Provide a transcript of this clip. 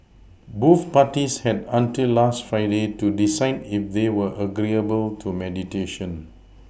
both parties had until last Friday to decide if they were agreeable to mediation